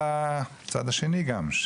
על הצד השני גם,